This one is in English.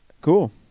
Cool